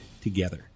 together